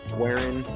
wearing